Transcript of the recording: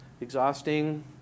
exhausting